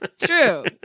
true